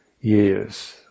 years